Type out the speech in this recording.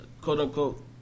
quote-unquote